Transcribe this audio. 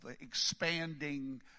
expanding